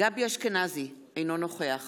גבי אשכנזי, אינו נוכח